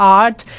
art